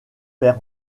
perd